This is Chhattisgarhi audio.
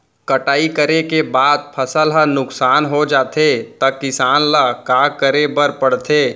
कटाई करे के बाद फसल ह नुकसान हो जाथे त किसान ल का करे बर पढ़थे?